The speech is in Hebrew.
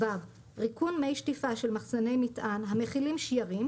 ריקון מי שטיפה של מחסני מטען המכילים שיירים,